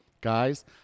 Guys